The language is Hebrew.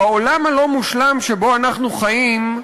בעולם הלא-מושלם שבו אנחנו חיים,